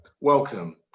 welcome